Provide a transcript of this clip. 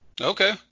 Okay